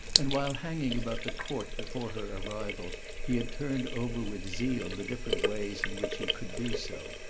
and while hanging about the court before her arrival he had turned over with zeal the different ways in which he could be so.